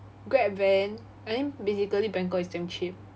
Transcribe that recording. grab van and then basically bangkok is damn cheap